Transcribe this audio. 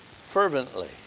fervently